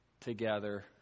together